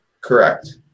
correct